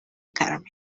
carmen